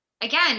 again